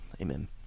Amen